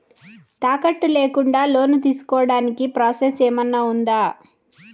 తాకట్టు లేకుండా లోను తీసుకోడానికి ప్రాసెస్ ఏమన్నా ఉందా?